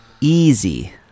easy